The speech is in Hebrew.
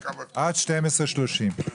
(הישיבה נפסקה בשעה 12:00 ונתחדשה בשעה 12:37.)